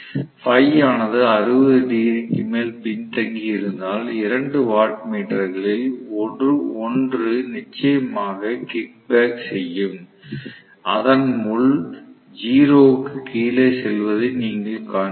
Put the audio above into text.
Φ ஆனது 60 டிகிரிக்கு மேல் பின்தங்கியிருந்தால் 2 வாட்மீட்டர்களில் 1 நிச்சயமாக கிக்பேக் செய்யும் அதன் முள் 0 க்கு கீழே செல்வதை நீங்கள் காண்பீர்கள்